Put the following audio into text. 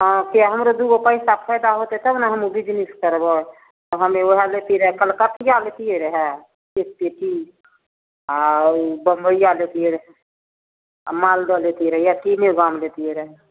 हाँ सएह हमरो दुगो पइसा फाइदा होतै तब ने हमहूँ बिजनिस करबै हम ओहे लेतिए रहै कलकतिआ लेतिए रहै एक पेटी आओर बम्मइआ लेतिए रहै आओर मालदह लेतिए रहै इएह तीनेगो आम लेतिए रहै